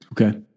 Okay